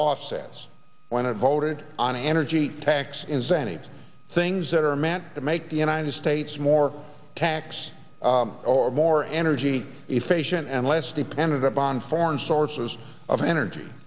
as when it voted on energy tax incentives things that are meant to make the united states more tax or more energy efficient and less dependent upon foreign sources of energy